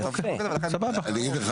(היו"ר יעקב אשר) אני אגיד לך